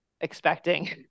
expecting